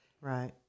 Right